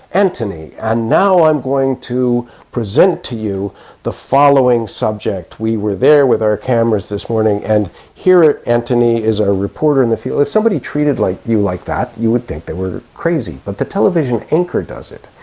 antony, and now i'm going to present to you the following subject. we were there with our cameras this morning and here, antony, is our reporter in the field, if somebody treated like you like that you would think they were crazy, but the television anchor does it.